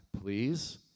please